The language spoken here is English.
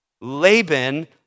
Laban